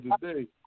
today